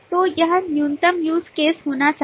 तो यह न्यूनतम use case होना चाहिए